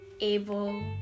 able